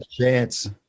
chance